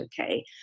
okay